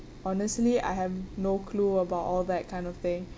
honestly I have no clue about all that kind of thing